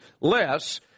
less